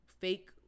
fake